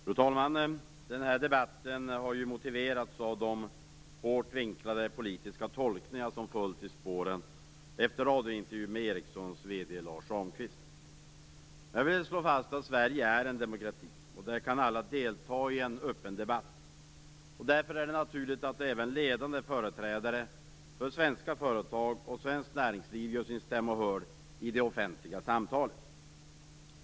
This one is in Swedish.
Fru talman! Den här debatten har motiverats av de hårt vinklade politiska tolkningar som följt i spåren efter radiointervjun med Ericssons vd Lars Ramqvist. Jag vill slå fast att Sverige är en demokrati, och där kan alla delta i en öppen debatt. Därför är det naturligt att även ledande företrädare för svenska företag och svenskt näringsliv gör sin stämma hörd i det offentliga samtalet.